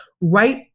right